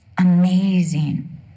Amazing